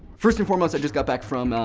first and foremost, i just got back from,